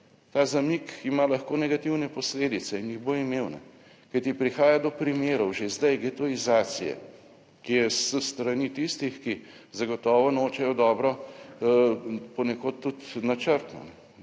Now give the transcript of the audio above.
Ta zamik ima lahko negativne posledice in jih bo imel, kajti prihaja do primerov že zdaj, getoizacije, ki je s strani tistih, ki zagotovo nočejo dobro, ponekod tudi načrtno.